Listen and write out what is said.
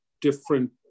different